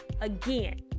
again